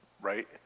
right